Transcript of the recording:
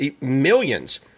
millions